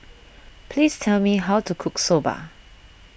please tell me how to cook Soba